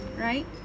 right